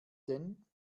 denn